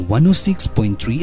106.3